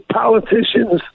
politicians